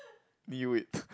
knew it